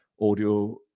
audio